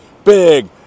Big